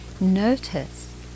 notice